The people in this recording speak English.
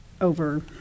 over –